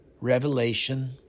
Revelation